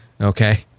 Okay